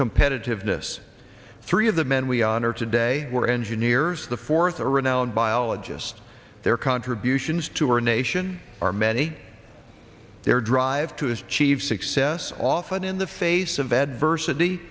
competitiveness three of the men we honor today were engineers the fourth a renowned biologist their contributions to our nation are many their drive to achieve success often in the face of adversity